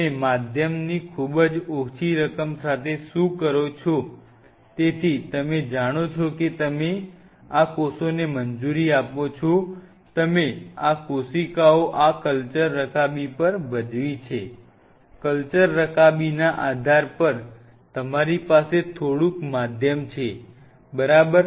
તમે માધ્યમની ખૂબ ઓછી રકમ સાથે શું કરો છો તેથી તમે જાણો છો કે તમે આ કોષોને મંજૂરી આપો છો તમે આ કોશિકાઓ આ ક્લચર રકાબી પર ભજવી છે ક્લચર રકાબીના આધાર પર તમારી પાસે થોડુંક માધ્યમ છે બરાબર